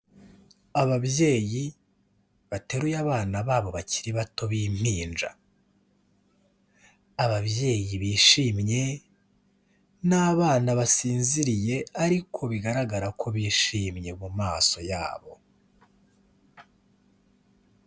Ababyeyi bateruye abana babo bakiri bato b'impinja. Ababyeyi bishimye n'abana basinziriye ariko bigaragara ko bishimye mu maso yabo.